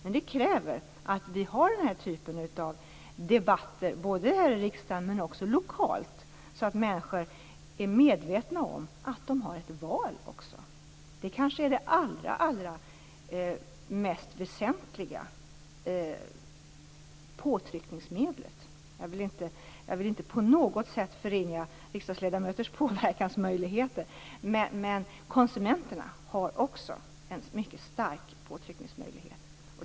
Det kräver att vi har den här typen av debatter både i riksdagen och lokalt, så att människor är medvetna om att de också har ett val. Det är kanske det allra väsentligaste påtryckningsmedlet. Jag vill inte på något sätt förringa riksdagsledamöternas påverkansmöjligheter, men konsumenterna har också en mycket stark påtryckningsmöjlighet.